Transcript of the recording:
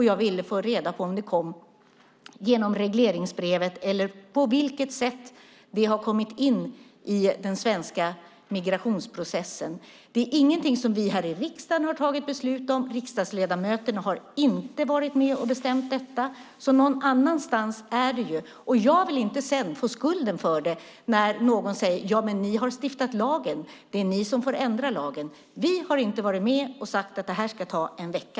Jag ville få reda på om den kom genom regleringsbrevet eller på vilket annat sätt den kom in i den svenska migrationsprocessen. Det är ingenting som vi här i riksdagen har fattat beslut om. Riksdagsledamöterna har inte varit med och bestämt detta. Någon annanstans är det ju. Jag vill inte sedan få skulden när någon säger att vi har stiftat lagen och vi får ändra lagen. Vi har inte varit med och sagt att det här ska ta en vecka.